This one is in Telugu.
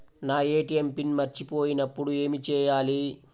నా ఏ.టీ.ఎం పిన్ మర్చిపోయినప్పుడు ఏమి చేయాలి?